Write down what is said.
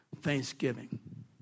thanksgiving